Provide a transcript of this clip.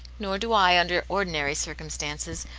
nor do i, under ordinary circumstances.